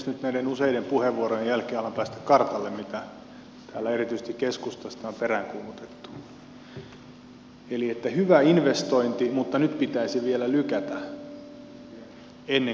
nyt näiden useiden puheenvuorojen jälkeen alan päästä kartalle mitä täällä erityisesti keskustasta on peräänkuulutettu eli hyvä investointi mutta nyt pitäisi vielä lykätä ennen kuin tulee strategia